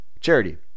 charity